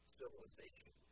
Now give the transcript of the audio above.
civilization